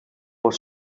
was